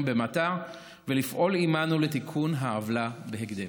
במועצת התכנון העליונה ולפעול עימנו לתיקון העוולה בהקדם.